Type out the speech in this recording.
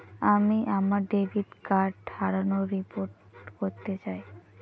আমি আমার debit card হারানোর রিপোর্ট করতে চাই